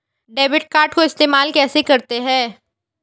Debit card को इस्तेमाल कैसे करते हैं?